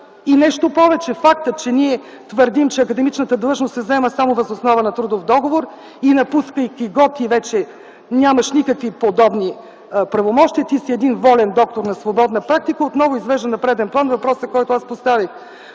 Нещо повече, фактът, че ние твърдим, че академичната длъжност се заема само въз основа на трудов договор и напускайки го ти вече нямаш никакви подобни правомощия, ти си един волен доктор на свободна практика, отново извежда на преден план въпроса, който аз поставих